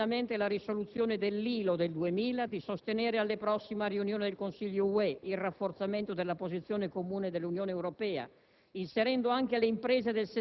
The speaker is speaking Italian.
chiediamo al Governo di attuare pienamente la risoluzione dell'ILO del 2000, di sostenere alla prossima riunione del Consiglio UE il rafforzamento della posizione comune dell'Unione Europea,